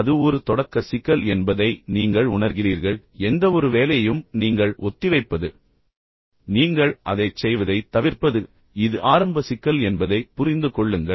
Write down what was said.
அது ஒரு தொடக்க சிக்கல் என்பதை நீங்கள் உணர்கிறீர்கள் உணர்கிறீர்கள் எந்தவொரு வேலையையும் நீங்கள் ஒத்திவைப்பது நீங்கள் அதைச் செய்வதைத் தவிர்ப்பது இது ஆரம்ப சிக்கல் என்பதை புரிந்து கொள்ளுங்கள்